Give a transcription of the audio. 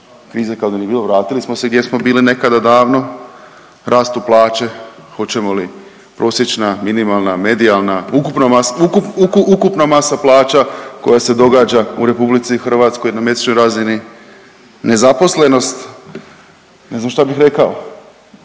vize kao da nije ni bilo vratili smo gdje smo bili nekada davno, rastu plaće, hoćemo li prosječna, minimalna, medijalna, ukupna masa plaća koja se događa u RH na mjesečnoj razini. Nezaposlenost ne znam šta bih rekao,